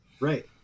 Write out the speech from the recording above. Right